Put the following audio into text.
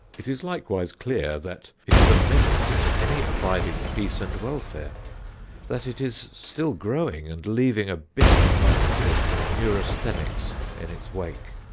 it is likewise clear that it is a menace to any abiding peace and welfare that it is still growing and leaving a bitter harvest of neurasthenics in its wake.